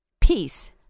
Peace